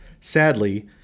Sadly